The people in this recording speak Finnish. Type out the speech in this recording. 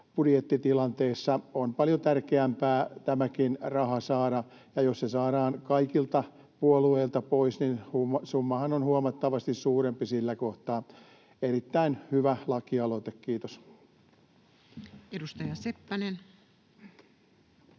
budjettitilanteeseen on paljon tärkeämpää tämäkin raha saada. Jos se saadaan kaikilta puolueilta pois, niin summahan on huomattavasti suurempi sillä kohtaa. Erittäin hyvä lakialoite. — Kiitos. [Speech